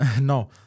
No